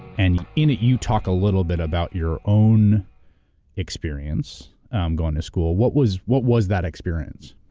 and in it, you talk a little bit about your own experience going to school. what was what was that experience?